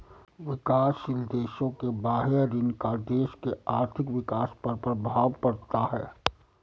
विकासशील देशों के बाह्य ऋण का देश के आर्थिक विकास पर प्रभाव पड़ता है